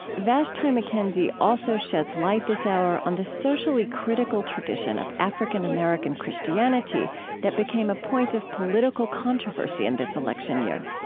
vashti mckenzie also sheds light this hour on the socially critical tradition of african-american christianity that became a point of political controversy in this election year.